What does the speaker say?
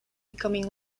becoming